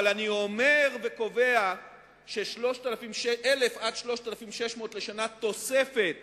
אבל אני קובע ש-1,000 עד 3,600 שקלים תוספת